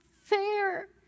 fair